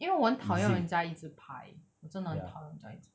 因为我讨厌人家一直拍我真的很讨厌人家一直